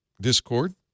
Discord